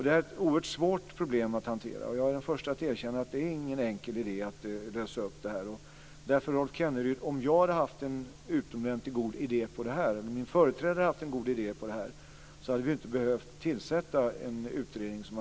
Det är ett oerhört svårt problem att hantera, och jag är den förste att erkänna att det inte är enkelt att hitta en lösning. Om jag eller min företrädare hade haft en utomordentligt god idé om detta hade vi inte behövt tillsätta en utredning.